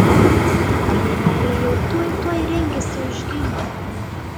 o jei meilė jau tuoj tuoj rengėsi užgimti